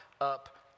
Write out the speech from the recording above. up